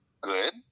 good